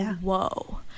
Whoa